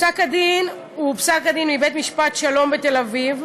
פסק-הדין הוא מבית-משפט השלום בתל-אביב,